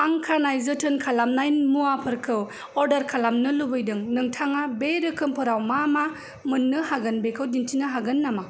आं खानाय जोथोन खालामनाय मुवाफोरखौ अर्डार खालामनो लुबैदों नोंथाङा बे रोखोमफोराव मा मा मोन्नो हागोन बेखौ दिन्थिनो हागोन नामा